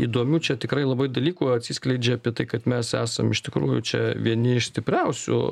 įdomių čia tikrai labai dalykų atsiskleidžia apie tai kad mes esam iš tikrųjų čia vieni iš stipriausių